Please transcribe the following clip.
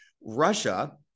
Russia